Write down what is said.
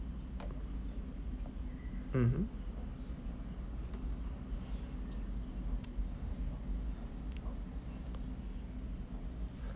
mmhmm